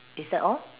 is that all